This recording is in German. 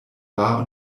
war